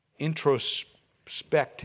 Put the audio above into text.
introspect